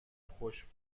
خوش